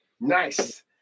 Nice